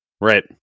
right